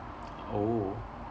oh